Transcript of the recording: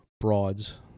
broads